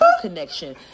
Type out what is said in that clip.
connection